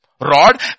rod